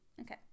Okay